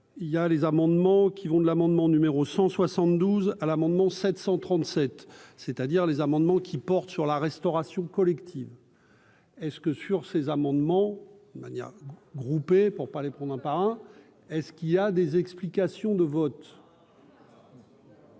Il y a les amendements qui vont de l'amendement numéro 172 à l'amendement 737, c'est-à-dire les amendements qui porte sur la restauration collective. Est-ce que sur ces amendements de manière groupée pour pas les prendre un par un, est ce qu'il y a des explications de vote.